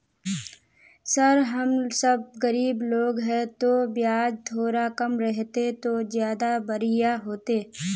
sir हम सब गरीब लोग है तो बियाज थोड़ा कम रहते तो ज्यदा बढ़िया होते